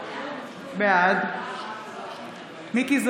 בעד מכלוף מיקי זוהר,